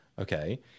okay